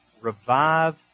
revive